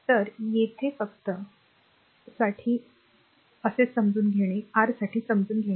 तर येथे फक्त r साठी r आहे असे समजून घेणे